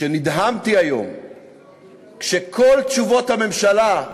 כשהיום נדהמתי שכל תשובות הממשלה,